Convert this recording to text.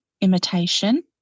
imitation